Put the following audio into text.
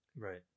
right